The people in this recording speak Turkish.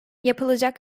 yapılacak